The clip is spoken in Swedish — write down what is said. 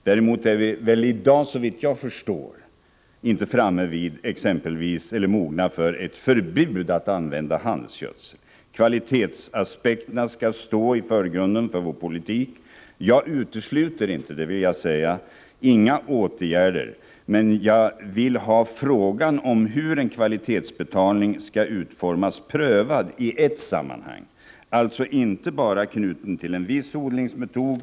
Däremot är vi väl i dag, såvitt jag förstår, inte mogna för ett förbud att använda handelsgödsel. Kvalitetsaspekterna skall stå i förgrunden för vår politik. Jag utesluter inte — det vill jag säga — några åtgärder, men jag vill ha frågan om hur en kvalitetsbetalning skall utformas prövad i ett sammanhang — alltså inte bara knuten till en viss odlingsmetod.